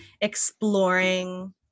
exploring